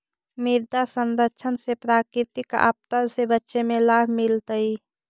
मृदा संरक्षण से प्राकृतिक आपदा से बचे में लाभ मिलतइ